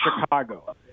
Chicago